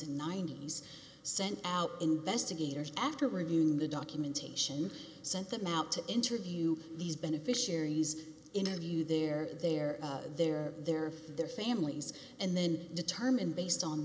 and ninety's sent out investigators after reviewing the documentation sent them out to interview these beneficiaries interview their they're there they're their families and then determine based on